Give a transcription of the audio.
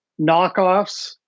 knockoffs